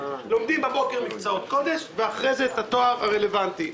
לומדים בבוקר מקצועות קודש ואחרי כן את התואר הרלוונטי.